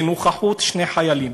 בנוכחות שני חיילים.